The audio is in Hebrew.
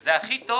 זה הכי טוב